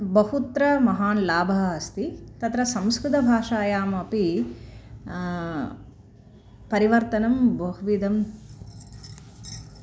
बहुत्र महान् लाभः अस्ति तत्र सम्स्कृतभाषायाम् अपि परिवर्तनं बहुविधं